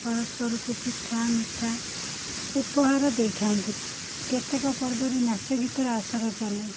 ପରସ୍ପରକୁ ପିଠା ମିଠା ଉପହାର ଦେଇଥାନ୍ତି କେତେକ ପର୍ବରେ ନାଚଗୀତର ଆସର ଚାଲେ